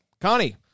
connie